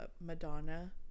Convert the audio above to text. madonna